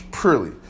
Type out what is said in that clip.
purely